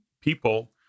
people